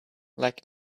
like